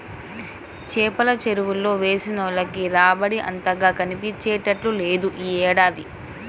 చేపల చెరువులు వేసినోళ్లకి రాబడేమీ అంతగా కనిపించట్లేదు యీ ఏడాది